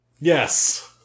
Yes